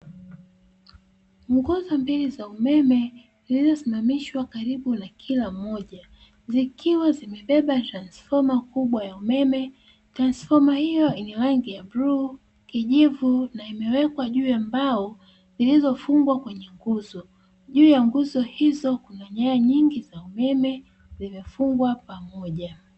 Nguzo mbili za umeme zilizosimamishwa karibu na kila moja zikiwa zimebeba transfoma kubwa ya umeme. Transfoma hiyo yenye rangi ya bluu, kijivu na imewekwa juu ya mbao zilizofungwa kwenye nguzo. Juu ya nguzo hizo kuna nyaya nyingi za umeme zimefungwa pamoja.